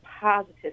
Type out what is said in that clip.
positive